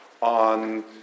on